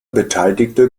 beteiligte